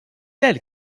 elle